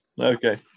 Okay